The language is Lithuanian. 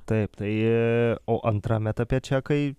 taip tai o antram etape čekai